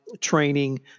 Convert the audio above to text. training